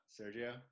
Sergio